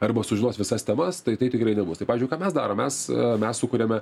arba sužinos visas temas tai tai tikrai nebus tai pavyzdžiui ką mes darom mes mes sukuriame